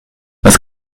was